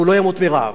והוא לא ימות מרעב.